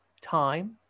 time